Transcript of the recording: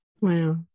Wow